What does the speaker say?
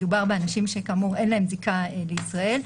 מדובר באנשים שכאמור אין להם זיקה לישראל,